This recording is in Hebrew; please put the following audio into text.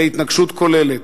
להתנגשות כוללת.